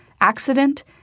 accident